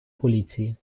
поліції